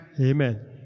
Amen